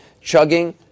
chugging